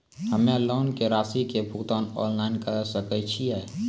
हम्मे लोन के रासि के भुगतान ऑनलाइन करे सकय छियै?